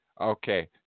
Okay